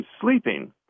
sleeping